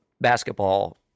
basketball